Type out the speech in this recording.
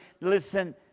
Listen